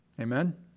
Amen